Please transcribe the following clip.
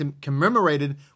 commemorated